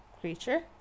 creature